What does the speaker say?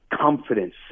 confidence